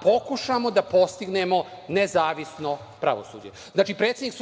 da pokušamo da postignemo nezavisno pravosuđe. Znači, predsednik